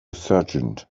sergeant